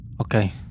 Okay